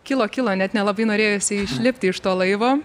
kilo kilo net nelabai norėjosi išlipti iš to laivo